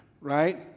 right